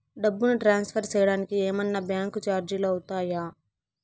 డబ్బును ట్రాన్స్ఫర్ సేయడానికి ఏమన్నా బ్యాంకు చార్జీలు అవుతాయా?